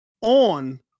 on